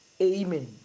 amen